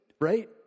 right